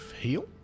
heal